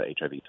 HIV